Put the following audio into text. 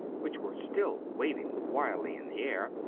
which were still waving wildly in the air,